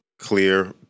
clear